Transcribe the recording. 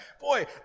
boy